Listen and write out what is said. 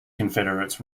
confederates